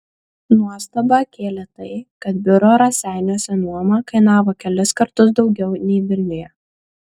nuostabą kėlė tai kad biuro raseiniuose nuoma kainavo kelis kartus daugiau nei vilniuje